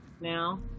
now